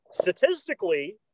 statistically